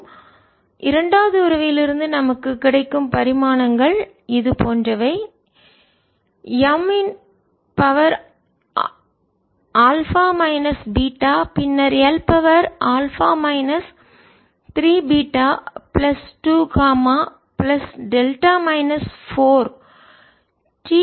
MT 1Mα β Lα 3β2γδ 4 T 2α3βI 2α2βγ இரண்டாவது உறவிலிருந்து நமக்கு கிடைக்கும் பரிமாணங்கள் இது போன்றவை M α β பின்னர் L α 3β2 பிளஸ் டெல்டா மைனஸ் 4